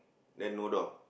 then no door